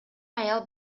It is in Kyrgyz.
аял